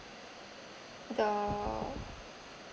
the